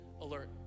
alert